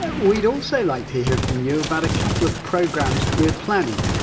but we'd also like to hear from you about a couple of programmes we're planning.